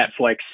Netflix